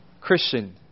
Christian